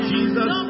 Jesus